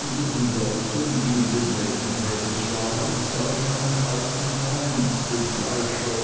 unter den leuten die in den läden tätig waren sah ich meinen alten feind den fleischer